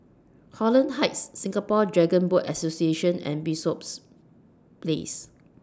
Holland Heights Singapore Dragon Boat Association and Bishops Place